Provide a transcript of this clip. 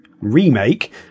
remake